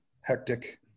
hectic